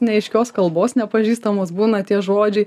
neaiškios kalbos nepažįstamos būna tie žodžiai